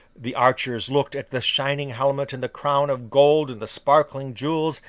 the archers looked at the shining helmet and the crown of gold and the sparkling jewels,